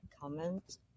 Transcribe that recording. comment